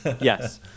Yes